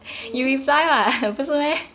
me